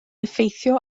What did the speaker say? effeithio